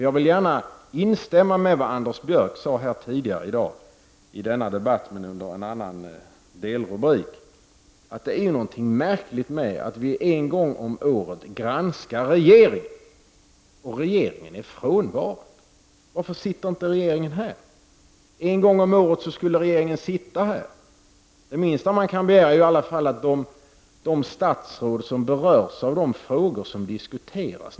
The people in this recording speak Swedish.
Jag vill instämma i vad Anders Björck sade tidigare i dag i denna debatt under en annan delrubrik, att det är någonting märkligt med att vi en gång om året granskar regeringen och regeringen är frånvarande. Varför sitter inte regeringen här? En gång om året borde regeringen sitta här. Det minsta man kan begära är i alla fall att de statsråd är närvarande som berörs av de frågor som diskuteras.